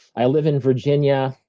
i live in virginia